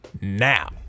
now